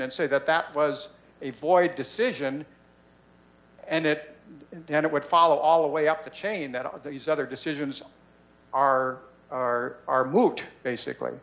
and say that that was a void decision and it then it would follow all the way up the chain that all of these other decisions are are are moot basically